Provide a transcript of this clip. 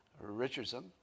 Richardson